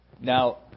Now